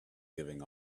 giving